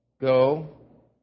go